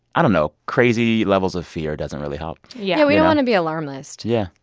i don't know. crazy levels of fear doesn't really help yeah. we don't want to be alarmist yeah,